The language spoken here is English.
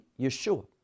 Yeshua